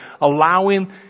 allowing